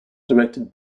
directed